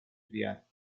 criat